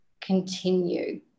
continue